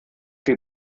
die